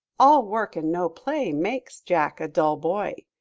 all work and no play makes jack a dull boy.